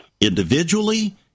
individually